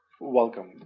welcome.